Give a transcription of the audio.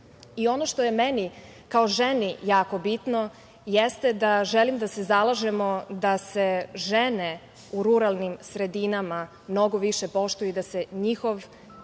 što je meni kao ženi jako bitno jeste da želim da se zalažemo da se žene u ruralnim sredinama mnogo više poštuju i da se njihov